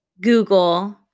Google